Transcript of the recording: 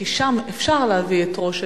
כי שם אפשר להביא את ראש העיר,